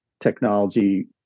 Technology